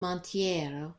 monteiro